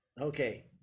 Okay